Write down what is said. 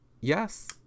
yes